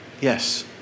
yes